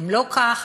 היא לא כך,